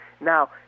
Now